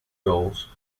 goals